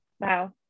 Wow